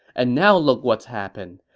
and now look what's happened.